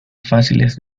fáciles